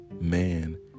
man